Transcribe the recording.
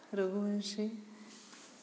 रघुवंशे